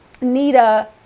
Nita